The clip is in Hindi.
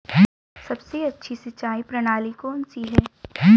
सबसे अच्छी सिंचाई प्रणाली कौन सी है?